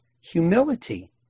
humility